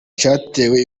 cyatewe